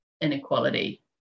inequality